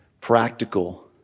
practical